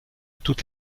toutes